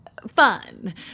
Fun